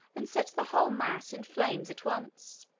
and set the whole mass in flames at once.